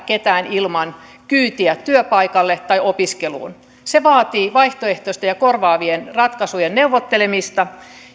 ketään ilman kyytiä työpaikalle tai opiskeluun se vaatii vaihtoehtoisten ja korvaavien ratkaisujen neuvottelemista